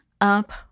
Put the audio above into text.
up